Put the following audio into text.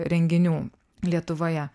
renginių lietuvoje